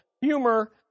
humor